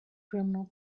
criminal